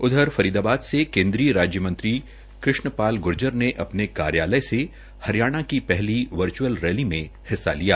उधर फरीदाबाद से केन्द्रीय राज्य मंत्री कृष्ण पाल ग्र्जर ने अपने कार्यालय से हरियाणा की पहली वर्चुअल रैली मे हिस्सा लिया